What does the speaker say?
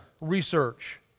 research